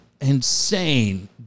insane